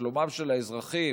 בשלומם של האזרחים,